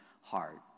heart